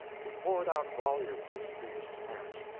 he poured out volumes of speech to match,